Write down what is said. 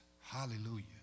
Hallelujah